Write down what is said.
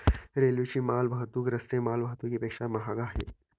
रेल्वेची माल वाहतूक रस्ते माल वाहतुकीपेक्षा महाग आहे